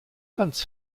ganz